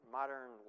modern